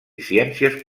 ciències